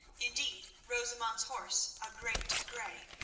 indeed, rosamund's horse, a great grey,